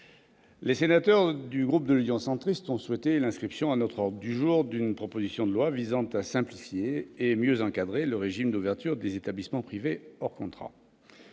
les sénateurs du groupe Union Centriste ont souhaité l'inscription à notre ordre du jour d'une proposition de loi visant à simplifier et à mieux encadrer le régime d'ouverture des établissements privés hors contrat.